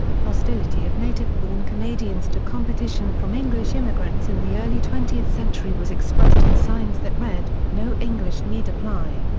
hostility of native-born canadians to competition from english immigrants in the early twentieth century was expressed in signs that read, no english need apply!